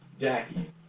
Jackie